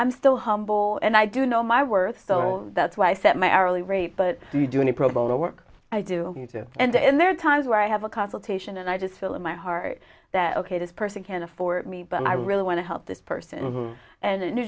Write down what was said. i'm still humble and i do know my worth so that's why i set my hourly rate but you do any pro bono work i do and there are times where i have a consultation and i just feel in my heart that ok this person can afford me but i really want to help this person and a new